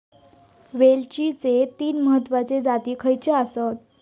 वेलचीचे तीन महत्वाचे जाती खयचे आसत?